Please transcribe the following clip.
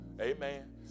Amen